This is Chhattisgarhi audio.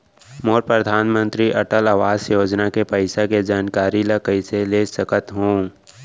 मोर परधानमंतरी अटल आवास योजना के पइसा के जानकारी ल कइसे ले सकत हो?